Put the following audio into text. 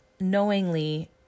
knowingly